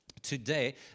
Today